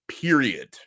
period